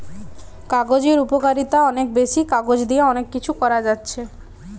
কাগজের উপকারিতা অনেক বেশি, কাগজ দিয়ে অনেক কিছু করা যাচ্ছে